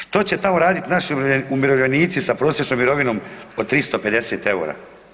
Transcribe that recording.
Što će tamo raditi naši umirovljenici sa prosječnom mirovinom od 350 EUR-a?